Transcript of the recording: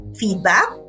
feedback